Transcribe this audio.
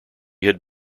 had